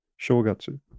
Shogatsu